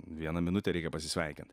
vieną minutę reikia pasisveikint